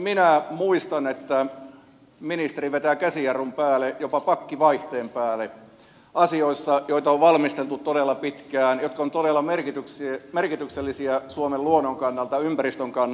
minä muistan että ensimmäisen kerran ministeri vetää käsijarrun päälle jopa pakkivaihteen päälle asioissa joita on valmisteltu todella pitkään jotka ovat todella merkityksellisiä suomen luonnon kannalta ympäristön kannalta